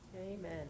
Amen